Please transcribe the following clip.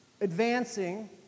advancing